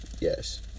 Yes